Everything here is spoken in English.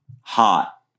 hot